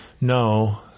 No